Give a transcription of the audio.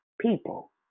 people